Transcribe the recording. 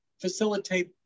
facilitate